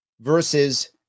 versus